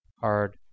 hard